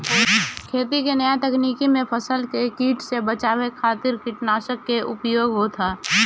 खेती के नया तकनीकी में फसल के कीट से बचावे खातिर कीटनाशक के उपयोग होत ह